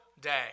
day